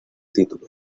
título